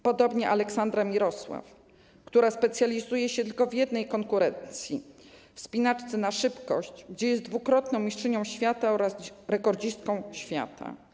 Podobnie Aleksandra Mirosław, która specjalizuje się tylko w jednej konkurencji, wspinaczce na szybkość, w której jest dwukrotną mistrzynią świata oraz rekordzistką świata.